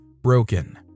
broken